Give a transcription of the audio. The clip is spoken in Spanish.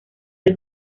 del